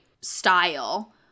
style